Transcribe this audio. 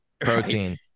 protein